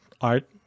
art